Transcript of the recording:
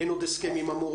אין עוד הסכם עם המורים,